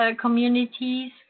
communities